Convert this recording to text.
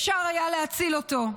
אפשר היה להציל אותו.